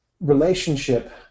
relationship